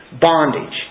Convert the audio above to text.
bondage